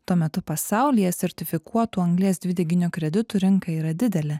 tuo metu pasaulyje sertifikuotų anglies dvideginio kreditų rinka yra didelė